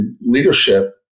leadership